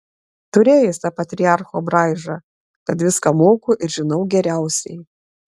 turėjo jis tą patriarcho braižą kad viską moku ir žinau geriausiai